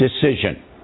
decision